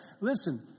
Listen